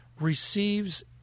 receives